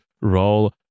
role